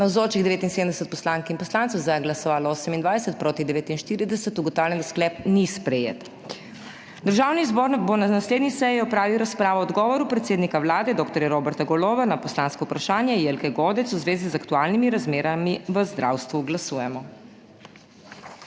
28, proti 49. (Za je glasovalo 28.) (Proti 49.) Ugotavljam, da sklep ni sprejet. Državni zbor bo na naslednji seji opravil razpravo o odgovoru predsednika Vlade dr. Roberta Goloba na poslansko vprašanje Jelke Godec v zvezi z aktualnimi razmerami v zdravstvu. Glasujemo.